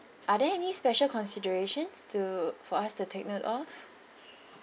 are there any special considerations to for us to take note of